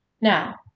Now